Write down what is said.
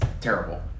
terrible